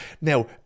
now